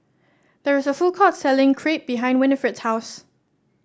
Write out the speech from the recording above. there is a food court selling Crepe behind Winifred's house